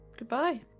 Goodbye